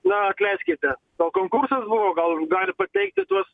na atleiskite o konkursas buvo gal gali pateikti tuos